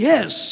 Yes